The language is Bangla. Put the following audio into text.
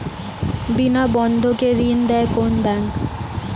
বিনা বন্ধকে ঋণ দেয় কোন ব্যাংক?